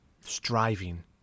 striving